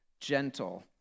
gentle